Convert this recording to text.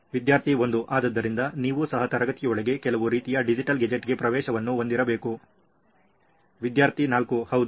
ವಿದ್ಯಾರ್ಥಿ 1 ಆದ್ದರಿಂದ ನೀವು ಸಹ ತರಗತಿಯೊಳಗೆ ಕೆಲವು ರೀತಿಯ ಡಿಜಿಟಲ್ ಗ್ಯಾಜೆಟ್ಗೆ ಪ್ರವೇಶವನ್ನು ಹೊಂದಿರಬೇಕು ವಿದ್ಯಾರ್ಥಿ 4 ಹೌದು